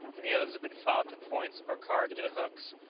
and the others had been filed to points or carved into hooks,